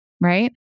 right